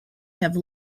have